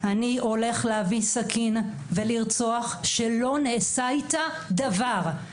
"אני הולך להביא סכין ולרצוח" ולא נעשה איתה דבר.